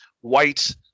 white